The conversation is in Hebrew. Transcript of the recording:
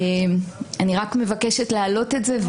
אני רק מבקשת להעלות את זה,